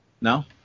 No